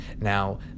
Now